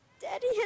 daddy